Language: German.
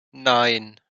nein